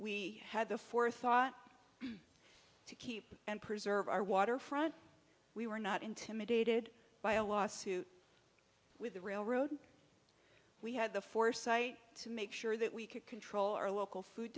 we had the forethought to keep and preserve our waterfront we were not intimidated by a lawsuit with the railroad we had the foresight to make sure that we could control our local food